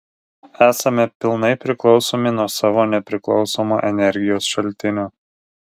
esame pilnai priklausomi nuo savo nepriklausomo energijos šaltinio